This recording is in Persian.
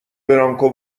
برانکو